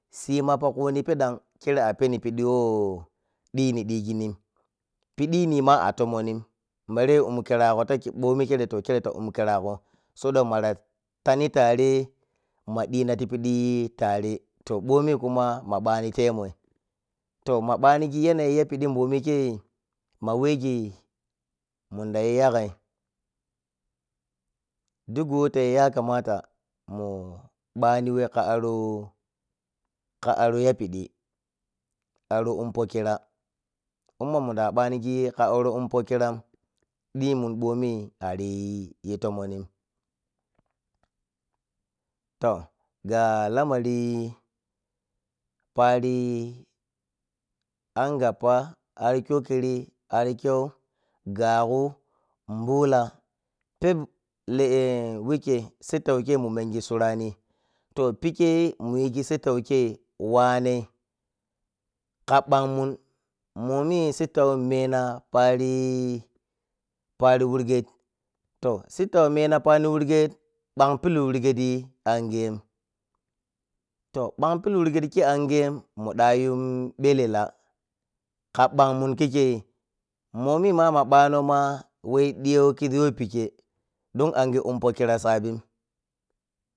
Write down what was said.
Sima po khuni piɗɗan khero apeni pidiwo ɗhini ɗhiginin piɗhini ma atomonni bare umkirago taki ki mɓomi kire to khire ta um khirago so ɗan mara tani tare ma ɗhima tipidi tare toh ma banigi yanayi yapidi to mbomi kei ma whegi mundayi yaga duk whe tayi yakamata mun ɓani whe ka aro ka aro yapidi are umpokira illmma munda banighr ka aro umpokiran ɗhmun mɓomi ariyi yi tomonni toh ga lamari pari an gappa, ar kknokkri ar kkyau, ngagu, mbula pep lay eh wikkei sittau to pikkei muyiri sittau kei wane ka ɓanganun mɓpmi sittau mena pari pari wirged toh sittau mena pari wirged ɓang bilu wirgedhi angen toh bana pili wirged kei agen mu ɗalum ɓelela ka ɓangmun kikkei monima maɓanoma whei ɗiyo kizi when pikke dun ange uumpo kira sabin.